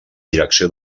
direcció